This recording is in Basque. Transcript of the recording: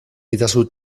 itzazu